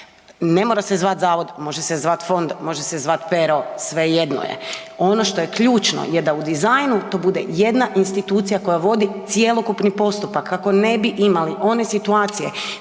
Ne mora se zvati zavod, može se zvati fond, može se zvati Pero, svejedno je. Ono što je ključno je da u dizajnu to bude jedna institucija koja vodi cjelokupni postupak kako ne bi imali one situacije